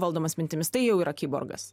valdomas mintimis tai jau yra kiborgas